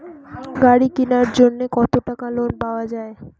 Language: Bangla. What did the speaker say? গাড়ি কিনার জন্যে কতো টাকা লোন পাওয়া য়ায়?